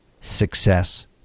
success